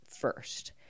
first